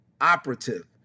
operative